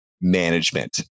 management